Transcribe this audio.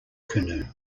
canoe